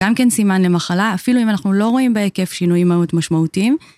גם כן סימן למחלה, אפילו אם אנחנו לא רואים בהיקף שינויים מאוד משמעותיים.